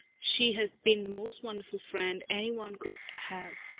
she has been the most wonderful friend any one could have.